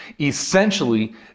Essentially